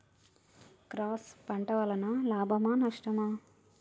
Cross పంట వలన లాభమా నష్టమా?